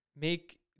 make